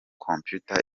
computer